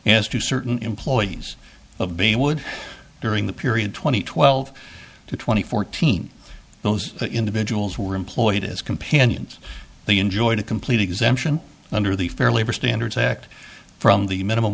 as to certain employees of b would during the period two thousand and twelve to twenty fourteen those individuals were employed as companions they enjoyed a complete exemption under the fair labor standards act from the minimum